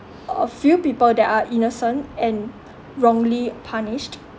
a few people that are innocent and wrongly punished